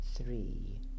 Three